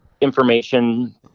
information